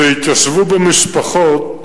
שהתיישבו בה משפחות.